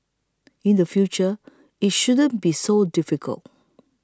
in the future it shouldn't be so difficult